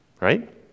Right